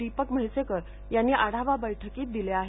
दिपक म्हैसेकर यांनी आढावा बैठकीत दिले आहेत